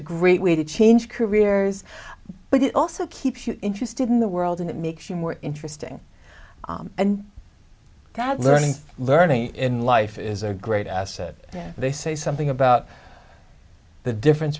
a great way to change careers but it also keeps you interested in the world and it makes you more interesting and that learning learning in life is a great asset and they say something about the difference